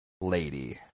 lady